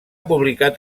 publicat